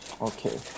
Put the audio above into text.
Okay